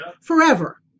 forever